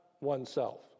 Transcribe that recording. oneself